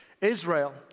Israel